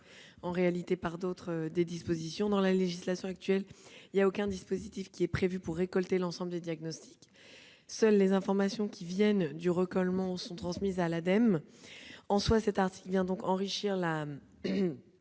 satisfait par d'autres dispositions. Dans la législation actuelle, aucun dispositif n'est prévu pour récolter l'ensemble des diagnostics. Seules les informations qui viennent du recollement sont transmises à l'Ademe. En soi, cet article vient enrichir la